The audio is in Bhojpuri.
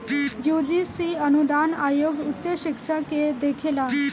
यूजीसी अनुदान आयोग उच्च शिक्षा के देखेला